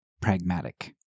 pragmatic